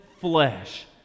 flesh